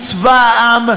הוא צבא העם,